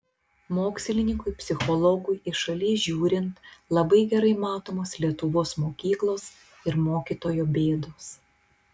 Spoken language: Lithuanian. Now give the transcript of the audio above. mokslininkui psichologui iš šalies žiūrint labai gerai matomos lietuvos mokyklos ir mokytojo bėdos